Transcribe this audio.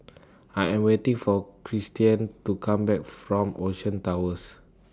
I Am waiting For Kristian to Come Back from Ocean Towers